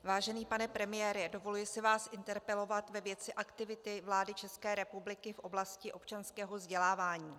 Vážený pane premiére, dovoluji si vás interpelovat ve věci aktivity vlády České republiky v oblasti občanského vzdělávání.